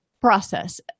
process